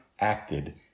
acted